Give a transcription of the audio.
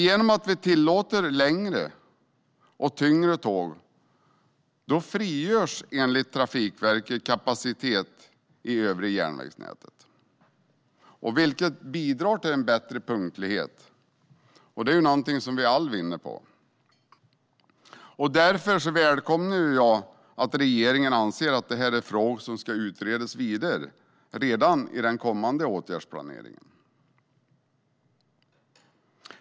Genom att vi tillåter längre och tyngre tåg frigörs enligt Trafikverket kapacitet i det övriga järnvägsnätet, vilket bidrar till en bättre punktlighet. Det är någonting som vi alla vinner på. Därför välkomnar jag att regeringen anser att detta är en fråga som ska utredas vidare redan i den kommande åtgärdsplaneringen.